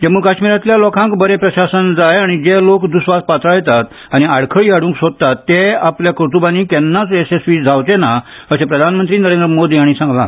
जम्मू काश्मीरांतल्या लोकांक बरें प्रशासन जाय आनी जे लोक द्स्वास पातळयतात आनी आडखळी हाड़ंक सोदतात ते आपल्या कर्तुबानी केन्नाच येसस्वी जावचे ना अशें प्रधानमंत्री नरेंद्र मोदी हाणी सांगला